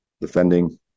defending –